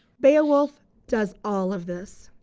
beowulf does all of this.